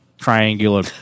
triangular